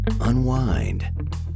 unwind